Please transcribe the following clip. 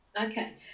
Okay